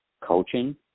coaching